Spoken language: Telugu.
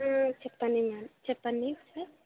చెప్పండి మ్యాడమ్ చెప్పండి